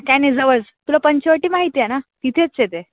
काही नाही जवळच तुला पंचवटी माहिती आहे ना तिथेच आहे ते